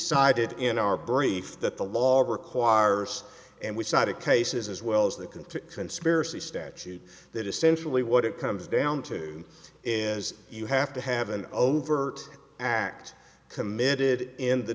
cited in our brief that the law requires and we cited cases as well as the conflict conspiracy statute that essentially what it comes down to is you have to have an overt act committed in the